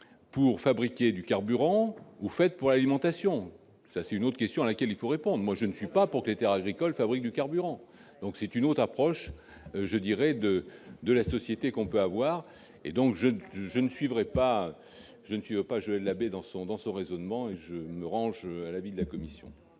pour fabriquer du carburant ou est-elle destinée à l'alimentation ? C'est une question à laquelle il faut répondre. Je ne suis pas pour que les terres agricoles fabriquent du carburant. C'est une autre approche de la société que l'on peut avoir. Je ne suivrai donc pas Joël Labbé dans son raisonnement ; je me range à l'avis de la commission.